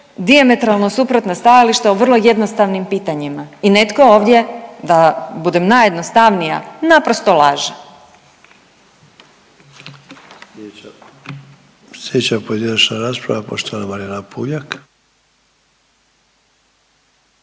dijametralno suprotna stajališta o vrlo jednostavnim pitanjima i netko ovdje da budem najjednostavnija, naprosto laže.